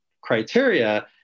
criteria